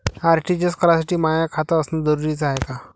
RTGS करासाठी माय खात असनं जरुरीच हाय का?